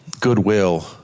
goodwill